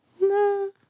No